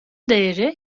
değeri